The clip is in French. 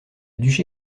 duché